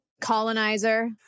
Colonizer